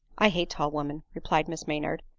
i hate tall women, replied miss maynard,